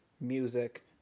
music